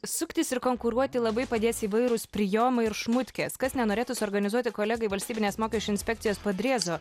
suktis ir konkuruoti labai padės įvairūs prijomai ir šmutkės kas nenorėtų suorganizuoti kolegai valstybinės mokesčių inspekcijos padriezo